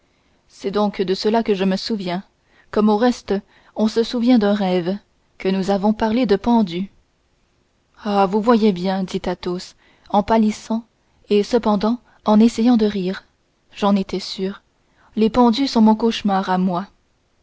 c'est donc cela que je me souviens comme au reste on se souvient d'un rêve que nous avons parlé de pendus ah vous voyez bien dit athos en pâlissant et cependant en essayant de rire j'en étais sûr les pendus sont mon cauchemar à moi